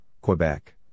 Quebec